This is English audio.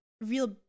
real